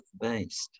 based